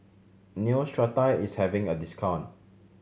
Neostrata is having a discount